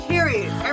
Period